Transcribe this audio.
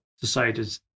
decided